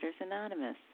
Anonymous